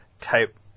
type